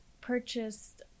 purchased